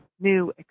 new